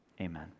Amen